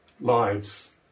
lives